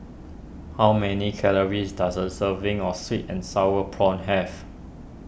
how many calories does a serving of Sweet and Sour Prawns have